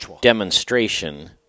demonstration